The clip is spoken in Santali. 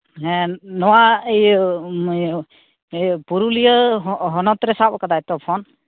ᱦᱮᱸ ᱱᱚᱣᱟ ᱤᱭᱟᱹ ᱦᱮᱸ ᱯᱩᱨᱩᱞᱤᱭᱟᱹ ᱦᱚᱱᱚᱛ ᱨᱮ ᱥᱟᱵ ᱠᱟᱫᱟᱭ ᱛᱚ ᱯᱷᱳᱱ